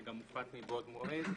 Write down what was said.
שגם הופץ מבעוד מועד.